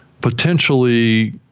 potentially